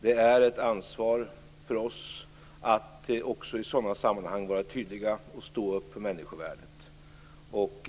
Det är ett ansvar för oss att också i sådana sammanhang vara tydliga och stå upp för människovärdet.